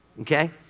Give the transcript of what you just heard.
okay